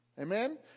Amen